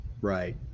Right